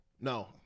No